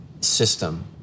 system